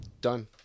Done